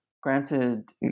granted